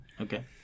Okay